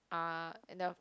uh in the